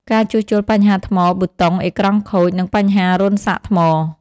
ការជួសជុលបញ្ហាថ្ម ប៊ូតុង អេក្រង់ខូច និងបញ្ហារន្ធសាកថ្ម។